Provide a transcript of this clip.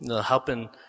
helping